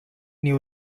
new